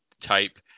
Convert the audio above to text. type